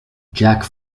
jack